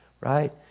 right